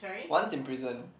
once in prison